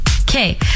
Okay